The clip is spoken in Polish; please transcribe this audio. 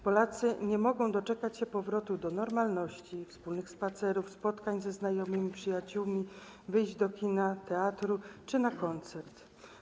Polacy nie mogą doczekać się powrotu do normalności, wspólnych spacerów, spotkań ze znajomymi, przyjaciółmi, wyjść do kina, teatru czy na koncert.